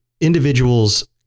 individuals